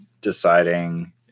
deciding